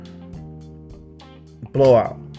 blowout